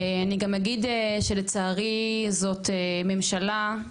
ואני גם אגיד שלצערי זאת ממשלה,